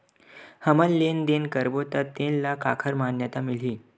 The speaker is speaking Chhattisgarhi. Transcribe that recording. हमन लेन देन करबो त तेन ल काखर मान्यता मिलही?